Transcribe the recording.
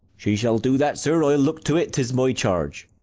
she shall do that, sir i'll look to it, tis my charge.